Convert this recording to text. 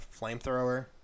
flamethrower